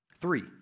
Three